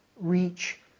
reach